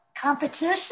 Competition